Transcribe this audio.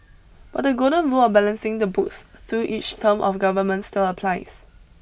but the golden rule of balancing the books through each term of government still applies